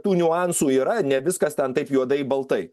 tų niuansų yra ne viskas ten taip juodai baltai